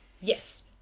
Yes